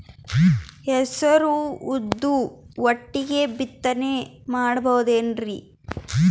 ಹೆಸರು ಉದ್ದು ಒಟ್ಟಿಗೆ ಬಿತ್ತನೆ ಮಾಡಬೋದೇನ್ರಿ?